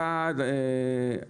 אחת,